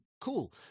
cool